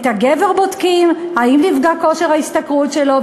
את הגבר בודקים האם נפגע כושר ההשתכרות שלו,